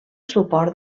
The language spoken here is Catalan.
suport